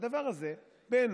שהדבר הזה בעיניי